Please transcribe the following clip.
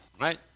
right